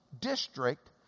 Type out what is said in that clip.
district